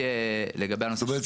זאת אומרת,